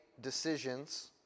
decisions